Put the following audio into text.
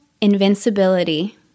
invincibility